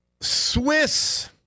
Swiss